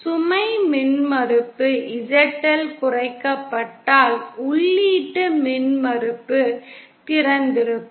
சுமை மின்மறுப்பு ZL குறைக்கப்பட்டால் உள்ளீட்டு மின்மறுப்பு திறந்திருக்கும்